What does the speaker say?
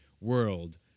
world